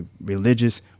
religious